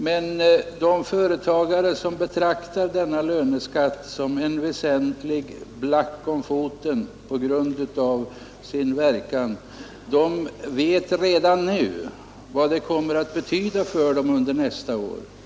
Men de företag som betraktar löneskatten som en väsentlig black om foten vet redan nu vad det kommer att betyda för dem under nästa år.